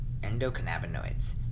endocannabinoids